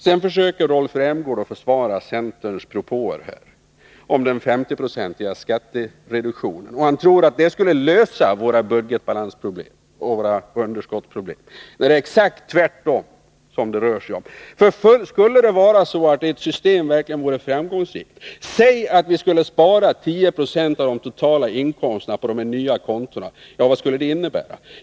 Rolf Rämgård försöker försvara centerns propåer om den 50-procentiga skattereduktionen. Han tror att den skulle lösa våra underskottsproblem. Men det är exakt tvärtom. För skulle det vara så att ert system verkligen vore framgångsrikt — säg att vi skulle spara 10 96 av de totala inkomsterna på de nya kontona —, vad skulle det innebära?